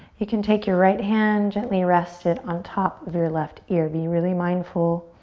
you can take your right hand, gently rest it on top of your left ear. be really mindful.